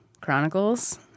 Chronicles